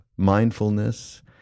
mindfulness